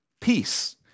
peace